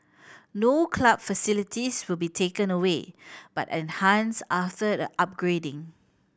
no club facilities will be taken away but enhanced after the upgrading